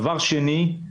דבר שני,